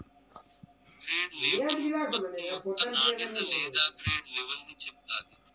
grade label ఉత్పత్తి యొక్క నాణ్యత లేదా గ్రేడ్ లెవల్ని చెప్తాది